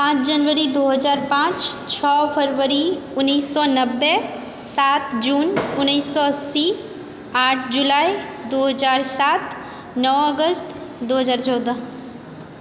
पाँच जनवरी दू हजार पाँच छओ फरवरी उन्नैस सए नबे सात जून उन्नैस सए अस्सी आठ जुलाइ दू हजार सात नओ अगस्त दू हजार चौदह